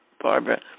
Barbara